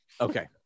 Okay